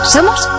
Somos